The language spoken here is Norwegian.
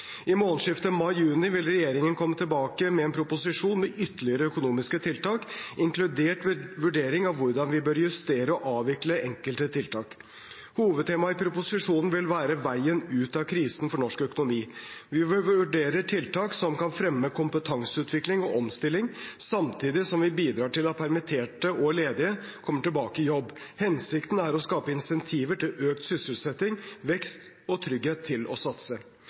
I månedsskiftet mai-juni vil regjeringen komme tilbake med en proposisjon med ytterligere økonomiske tiltak, inkludert vurderinger av hvordan vi bør justere og avvikle enkelte tiltak. Hovedtema i proposisjon vil være veien ut av krisen for norsk økonomi. Vi vurderer tiltak som kan fremme kompetanseutvikling og omstilling, samtidig som vi bidrar til at permitterte og ledige kommer tilbake i jobb. Hensikten er å skape insentiver til økt sysselsetting, vekst og trygghet til å satse.